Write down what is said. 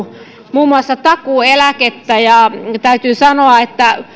muun muassa takuueläkettä ja täytyy sanoa että